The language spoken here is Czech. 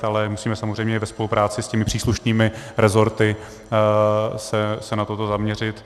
Ale musíme samozřejmě ve spolupráci s těmi příslušnými resorty se na toto zaměřit.